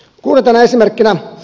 kuudentena esimerkkinä